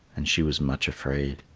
and she was much afraid.